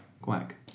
Quack